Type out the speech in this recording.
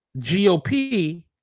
GOP